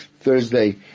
Thursday